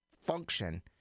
function